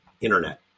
internet